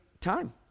time